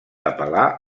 apel·lar